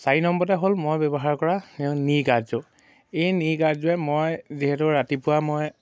চাৰি নম্বৰতে হ'ল মই ব্যৱহাৰ কৰা নি গাৰ্ডযোৰ এই নি গাৰ্ডযোৰে মই যিহেতু ৰাতিপুৱা মই